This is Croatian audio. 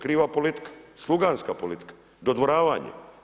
Kriva je politika, sluganska politika, dodvoravanje.